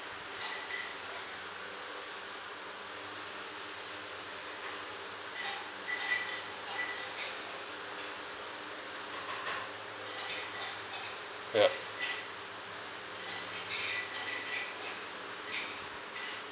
ya